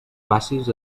facis